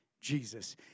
Jesus